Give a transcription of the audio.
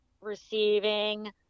receiving